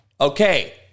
Okay